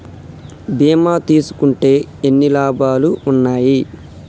బీమా తీసుకుంటే ఎన్ని లాభాలు ఉన్నాయి?